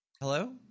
Hello